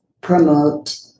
promote